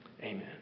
Amen